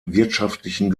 wirtschaftlichen